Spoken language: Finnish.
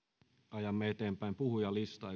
ajamme eteenpäin puhujalistaa